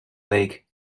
lake